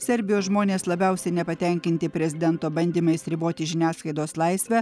serbijos žmonės labiausiai nepatenkinti prezidento bandymais riboti žiniasklaidos laisvę